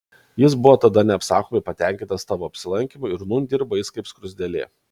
jis buvo tada neapsakomai patenkintas tavo apsilankymu ir nūn dirba jis kaip skruzdėlė